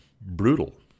brutal